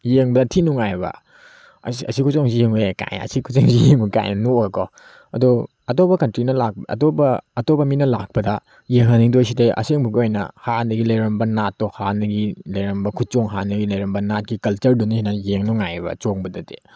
ꯌꯦꯡꯕꯗ ꯊꯤ ꯅꯨꯡꯉꯥꯏꯑꯕ ꯑꯁꯤ ꯑꯁꯤ ꯈꯨꯆꯣꯡꯁꯤ ꯌꯦꯡꯕ ꯌꯥꯏ ꯀꯥꯏꯅ ꯑꯁꯤ ꯈꯨꯆꯣꯡꯁꯤ ꯌꯦꯡꯉꯨ ꯀꯥꯏꯅ ꯅꯣꯛꯂꯒꯀꯣ ꯑꯗꯣ ꯑꯇꯣꯞꯄ ꯀꯟꯇ꯭ꯔꯤꯅ ꯑꯇꯣꯞꯄ ꯑꯇꯣꯞꯄ ꯃꯤꯅ ꯂꯥꯛꯄꯗ ꯌꯦꯡꯍꯟꯅꯤꯡꯗꯣꯏꯁꯤꯗꯤ ꯑꯁꯦꯡꯕꯒꯤ ꯑꯣꯏꯅ ꯍꯥꯟꯅꯒꯤ ꯂꯩꯔꯝꯕ ꯅꯥꯠꯇꯣ ꯍꯥꯟꯅꯒꯤ ꯂꯩꯔꯝꯕ ꯈꯨꯆꯣꯡ ꯍꯥꯟꯅꯒꯤ ꯂꯩꯔꯝꯕ ꯅꯥꯠꯀꯤ ꯀꯜꯆꯔꯗꯨꯅ ꯍꯦꯟꯅ ꯌꯦꯡ ꯅꯨꯡꯉꯥꯏꯑꯕ ꯆꯣꯡꯕꯗꯗꯤ